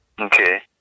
Okay